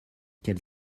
quelle